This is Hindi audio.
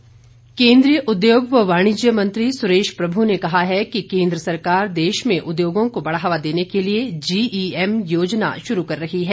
सुरेश प्रभु केन्द्रीय उद्योग व वाणिज्य मंत्री सुरेश प्रभु ने कहा है कि केन्द्र सरकार देश में उद्योगों को बढ़ावा देने के लिए जीईएम योजना शुरू कर रही है